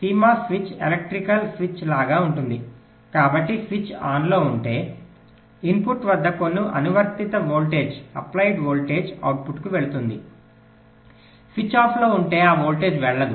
CMOS switch electrical switch లాగా ఉంటుంది కాబట్టి స్విచ్ ఆన్లో ఉంటే ఇన్పుట్ వద్ద కొన్ని అనువర్తిత వోల్టేజ్ అవుట్పుట్కు వెళుతుంది స్విచ్ ఆఫ్లో ఉంటే ఆ వోల్టేజ్ వెళ్ళదు